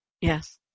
Yes